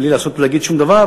בלי לעשות ולהגיד שום דבר,